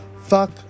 fuck